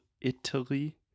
Italy